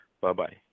Bye-bye